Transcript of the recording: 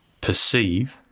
perceive